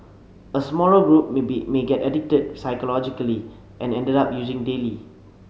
a smaller group may be may get addicted psychologically and end up using daily